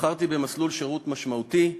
בחרתי במסלול שירות משמעותי.